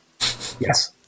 yes